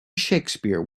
shakespeare